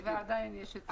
מבורך, ועדיין יש צורך.